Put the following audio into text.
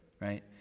right